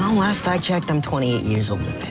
um last i checked, i'm twenty eight years um